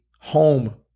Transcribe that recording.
home